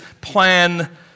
plan